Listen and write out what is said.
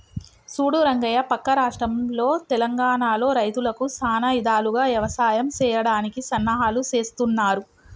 సూడు రంగయ్య పక్క రాష్ట్రంలో తెలంగానలో రైతులకు సానా ఇధాలుగా యవసాయం సెయ్యడానికి సన్నాహాలు సేస్తున్నారు